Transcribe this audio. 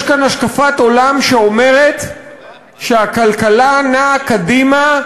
יש כאן השקפת עולם שאומרת שהכלכלה נעה קדימה,